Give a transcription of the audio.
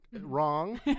wrong